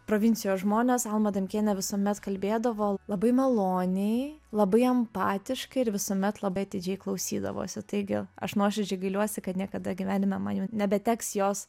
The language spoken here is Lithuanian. provincijos žmonės alma adamkienė visuomet kalbėdavo labai maloniai labai empatiškai ir visuomet labai atidžiai klausydavosi taigi aš nuoširdžiai gailiuosi kad niekada gyvenime man jau nebeteks jos